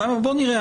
אבל בואו נראה.